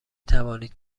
توانید